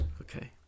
Okay